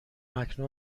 اکنون